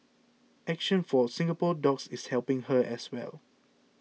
action for Singapore Dogs is helping her as well